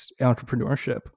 entrepreneurship